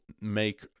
make